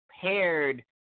paired